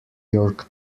york